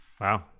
Wow